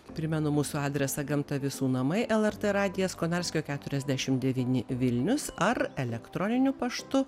primenu mūsų adresą gamta visų namai lrt radijas konarskio keturiasdešim devyni vilnius ar elektroniniu paštu